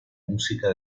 música